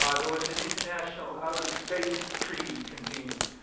ah there was an international outer space treaty convened.